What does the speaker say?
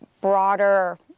broader